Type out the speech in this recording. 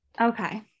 Okay